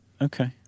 Okay